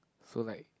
so like